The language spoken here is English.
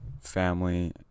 family